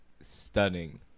stunning